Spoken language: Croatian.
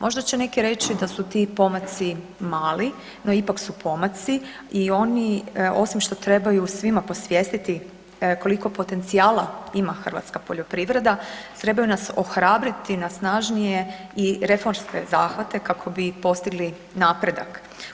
Možda će neki reći da su ti pomaci mali no ipak su pomaci i oni osim što trebaju svima posvijestiti koliko potencijala ima hrvatska poljoprivreda, trebaju nas ohrabriti na snažnije i reformske zahvate kako bi postigli napredak.